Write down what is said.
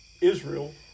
Israel